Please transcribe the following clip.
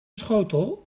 schotel